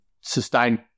sustain